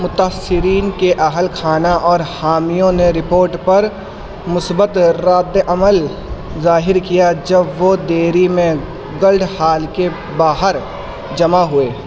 متاثرین کے اہل خانہ اور حامیوں نے رپوٹ پر مثبت ردعمل ظاہر کیا جب وہ دیری میں گلڈ ہال کے باہر جمع ہوئے